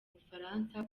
bufaransa